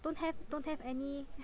don't have don't have any